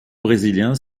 brésilien